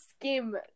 skim